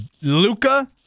Luca